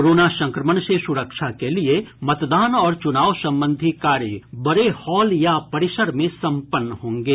corona संक्रमण से सुरक्षा के लिए मतदान और चुनाव संबंधी कार्य बड़े हॉल या परिसर में संपन्न होंगे